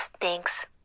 Thanks